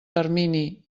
termini